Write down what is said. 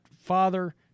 father